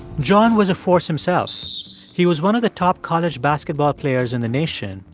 john was a force himself he was one of the top college basketball players in the nation,